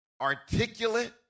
articulate